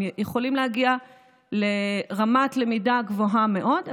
הם יכולים להגיע לרמת למידה גבוהה מאוד,